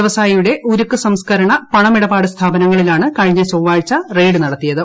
വ്യവസായിയുടെ ഉരുക്ക് സംസ്കരണ പണമിടപാട് സ്ഥാപനങ്ങളിലാണ് കഴിഞ്ഞ ചൊവ്വാഴ്ച റെയ്ഡ് നടത്തിയത്